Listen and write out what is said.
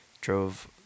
drove